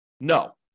No